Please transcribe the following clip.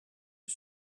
are